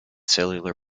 cellular